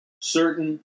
certain